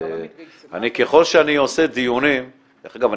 ככל שאני עושה דיונים --- דרך אגב,